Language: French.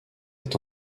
est